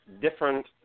different